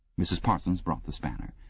mrs. parsons brought the spanner.